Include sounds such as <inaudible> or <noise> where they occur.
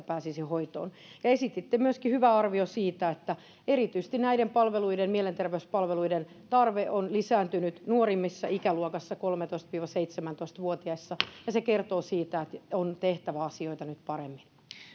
<unintelligible> pääsisi hoitoon seitsemässä päivässä esititte myöskin hyvän arvion siitä että erityisesti mielenterveyspalveluiden tarve on lisääntynyt nuorimmassa ikäluokassa kolmetoista viiva seitsemäntoista vuotiaissa ja se kertoo siitä että on tehtävä asioita nyt paremmin